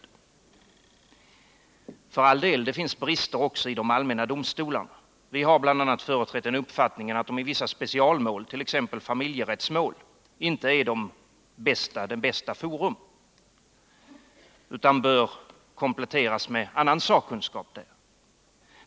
För all del, det finns brister också i de allmänna domstolarna. Vi har bl.a. företrätt den uppfattningen att de i vissa specialmål,t.ex. familjerättsmål, inte är det bästa forum utan där bör kompletteras med annan sakkunskap.